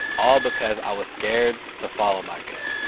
all because i was scared to follow my gut.